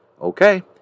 okay